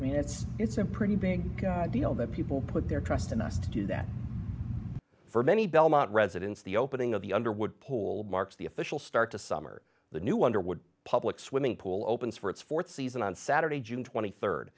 mean it's it's a pretty big deal that people put their trust in us to do that for many belmont residents the opening of the underwood poll marks the official start to summer the new underwood public swimming pool opens for its fourth season on saturday june twenty third